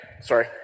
Sorry